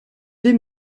vais